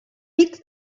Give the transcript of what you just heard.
big